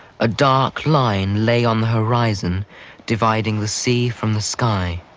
a dark line lay on the horizon dividing the sea from the sky,